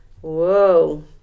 Whoa